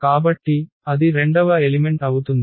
కాబట్టి అది రెండవ ఎలిమెంట్ అవుతుంది